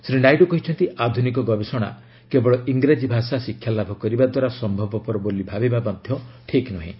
ଶ୍ରୀ ନାଇଡୁ କହିଛନ୍ତି ଆଧୁନିକ ଗବେଷଣା କେବଳ ଇଙ୍ଗ୍ରାଜୀ ଭାଷା ଶିକ୍ଷା ଲାଭ କରିବା ଦ୍ୱାରା ସ୍ୟବପର ବୋଲି ଭାବିବା ମଧ୍ୟ ଠିକ୍ ନୁହେଁ